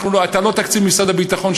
אתה לא תקציב משרד הביטחון,